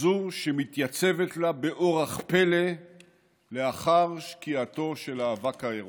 זו שמתייצבת לה באורח פלא לאחר שקיעתו של האבק ההירואי.